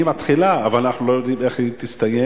מתחילה אבל אנחנו לא יודעים איך היא תסתיים,